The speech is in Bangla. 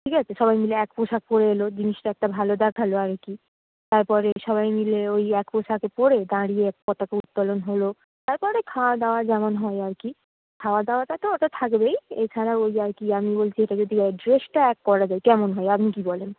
ঠিক আছে সবাই মিলে এক পোশাক পরে এলো জিনিসটা একটা ভালো দেখালো আর কি তারপরে সবাই মিলে ওই এক পোশাকে পরে দাঁড়িয়ে পতাকা উত্তোলন হলো তারপরে খাওয়া দাওয়া যেমন হয় আর কি খাওয়া দাওয়াটা তো ওটা থাকবেই এছাড়া ওই আর কি আমি বলছি এটা যদি ড্রেসটা এক করা যায় কেমন হয় আপনি কি বলেন